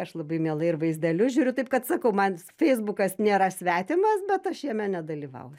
aš labai mielai ir vaizdelius žiūriu taip kad sakau man feisbukas nėra svetimas bet aš jame nedalyvauju